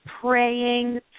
praying